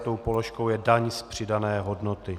Tou položkou je daň z přidané hodnoty.